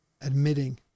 admitting